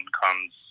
comes